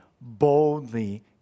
boldly